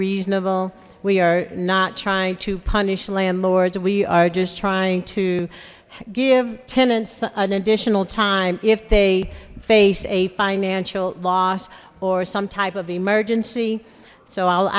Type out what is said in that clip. reasonable we are not trying to punish landlords we are just trying to give tenants an additional time if they face a financial loss or some type of emergency so i'll